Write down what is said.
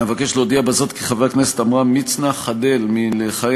אבקש להודיע בזאת כי חבר הכנסת עמרם מצנע חדל לכהן